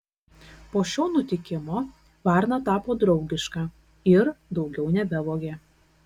po šio nutikimo varna tapo draugiška ir daugiau nebevogė